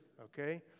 okay